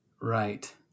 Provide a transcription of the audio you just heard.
Right